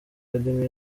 academy